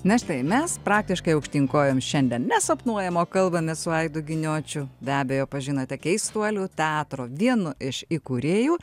na štai mes praktiškai aukštyn kojom šiandien nesapnuojam o kalbamės su aidu giniočiu be abejo pažinote keistuolių teatro vienu iš įkūrėjų